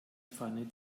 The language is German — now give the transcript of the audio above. pfanne